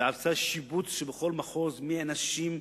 ועשתה שיבוץ בכל מחוז מי האנשים,